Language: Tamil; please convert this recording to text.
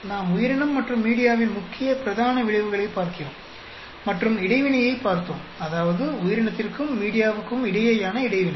நாம் உயிரினம் மற்றும் மீடியாவின் முக்கிய பிரதான விளைவுகளைப் பார்க்கிறோம் மற்றும் இடைவினையைப் பார்த்தோம் அதாவது உயிரினத்திற்கும் மீடியாவுக்கும் இடையேயான இடைவினை